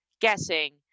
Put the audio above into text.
guessing